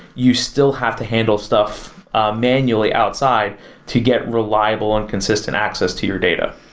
you still have to handle stuff manually outside to get reliable and consistent access to your data